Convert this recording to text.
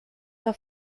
que